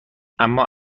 اما